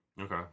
Okay